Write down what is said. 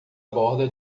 borda